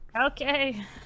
Okay